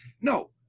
No